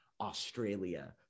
australia